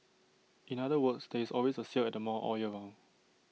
in other words there is always A sale at the mall all year round